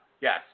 yes